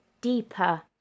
deeper